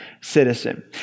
citizen